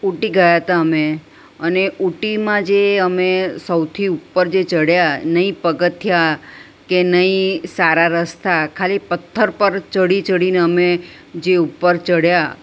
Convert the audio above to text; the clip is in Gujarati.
ઉટી ગયા તા અમે અને ઉટીમાં જે અમે સૌથી ઉપર જે ચડ્યા નહિ પગથિયાં કે નહિ સારા રસ્તા ખાલી પથ્થર પર ચડી ચડીને અમે જે ઉપર ચડ્યા